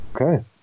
Okay